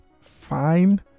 fine